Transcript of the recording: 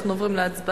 אנחנו עוברים להצבעה.